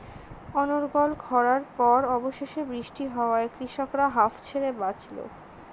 অনর্গল খড়ার পর অবশেষে বৃষ্টি হওয়ায় কৃষকরা হাঁফ ছেড়ে বাঁচল